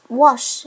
wash